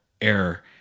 error